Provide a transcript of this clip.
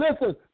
listen